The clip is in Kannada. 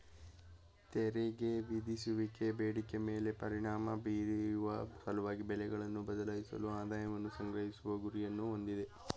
ತೆರಿಗೆ ವಿಧಿಸುವಿಕೆ ಬೇಡಿಕೆ ಮೇಲೆ ಪರಿಣಾಮ ಬೀರುವ ಸಲುವಾಗಿ ಬೆಲೆಗಳನ್ನ ಬದಲಾಯಿಸಲು ಆದಾಯವನ್ನ ಸಂಗ್ರಹಿಸುವ ಗುರಿಯನ್ನ ಹೊಂದಿದೆ